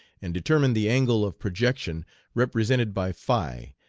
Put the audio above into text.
and determine the angle of projection represented by phi,